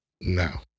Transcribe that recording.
no